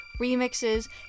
remixes